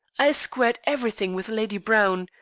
i squared everything with lady browne.